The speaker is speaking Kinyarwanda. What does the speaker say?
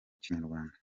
kinyarwanda